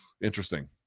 interesting